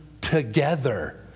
Together